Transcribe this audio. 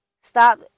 stop